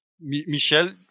Michel